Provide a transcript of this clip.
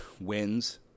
wins